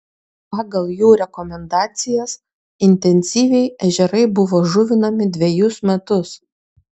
pagal jų rekomendacijas intensyviai ežerai buvo žuvinami dvejus metus